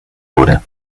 wurde